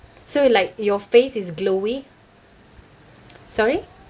so like your face is glowy sorry